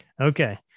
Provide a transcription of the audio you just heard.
Okay